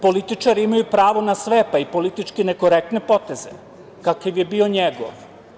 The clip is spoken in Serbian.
Političari imaju pravo na sve, pa i na politički nekorektne poteze, kakav je bio njegov.